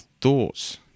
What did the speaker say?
thoughts